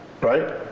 right